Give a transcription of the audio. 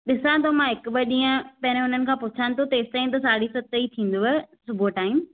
ॾिसां थो मां हिक ॿ ॾींहं पहिरों उन्हनि खां पुछा थो तेसिताईं साढी सतें ई थींदुव सुबुह जो टाइम